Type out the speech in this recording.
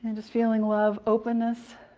and just feeling love, openness,